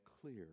clear